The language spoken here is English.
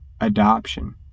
adoption